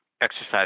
exercise